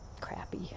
crappy